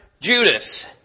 Judas